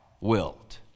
wilt